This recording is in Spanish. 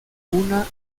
una